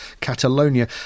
Catalonia